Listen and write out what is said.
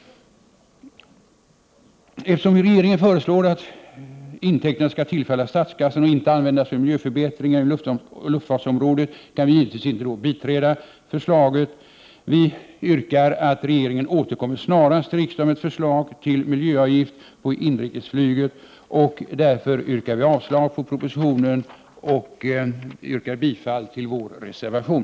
Eftersom regeringen föreslår att intäkterna skall tillfalla statskassan och inte användas till miljöförbättringar inom luftfartsområdet, kan vi givetvis inte biträda förslaget. Vi yrkar att regeringen återkommer snarast till riksdagen med ett förslag till miljöavgift på inrikesflyget — och därför yrkar vi avslag på utskottets hemställan och bifall till vår reservation.